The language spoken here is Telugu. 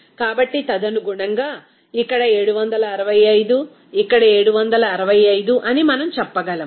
కాబట్టి తదనుగుణంగా ఇక్కడ ఇక్కడ 765 ఇక్కడ 765 ఇక్కడ 765 అని మనం చెప్పగలం